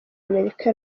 amerika